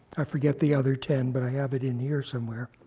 i forget the other ten, but i have it in here somewhere.